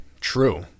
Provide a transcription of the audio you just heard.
true